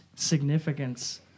significance